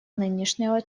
нынешнего